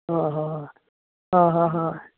हय हय हां हां होय